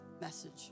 message